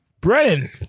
Brennan